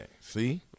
See